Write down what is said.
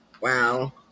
wow